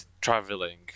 traveling